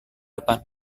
depan